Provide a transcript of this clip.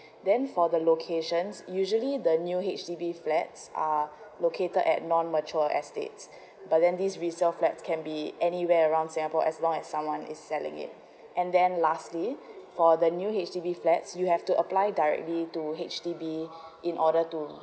then for the locations usually the new H_D_B flats are located at non mature estate but then these resale flats can be anywhere around singapore as long as someone is selling it and then lastly for the new H_D_B flats you have to apply directly to H_D_B in order to